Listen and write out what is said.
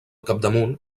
capdamunt